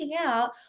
out